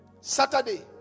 Saturday